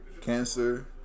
Cancer